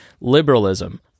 liberalism